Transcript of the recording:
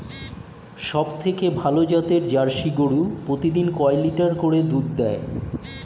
সবথেকে ভালো জাতের জার্সি গরু প্রতিদিন কয় লিটার করে দুধ দেয়?